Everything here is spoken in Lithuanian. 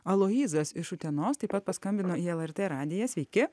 aloyzas iš utenos taip pat paskambino į lrt radiją sveiki